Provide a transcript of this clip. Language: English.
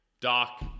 Doc